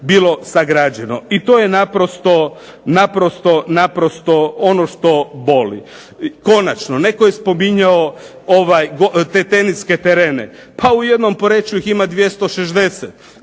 bilo sagrađeno, i to je naprosto ono što boli. Konačno, netko je spominjao te teniske terene. Pa u jednom Poreču ih ima 260,